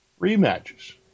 rematches